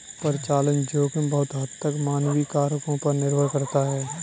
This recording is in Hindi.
परिचालन जोखिम बहुत हद तक मानवीय कारकों पर निर्भर करता है